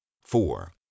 Four